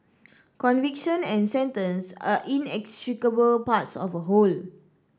conviction and sentence are inextricable parts of a whole